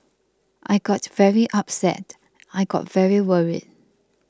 I got very upset I got very worried